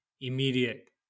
immediate